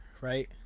right